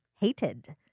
hated